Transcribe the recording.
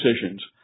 decisions